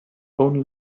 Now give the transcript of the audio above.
own